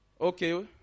Okay